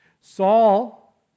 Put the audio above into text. Saul